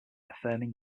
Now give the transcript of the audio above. affirming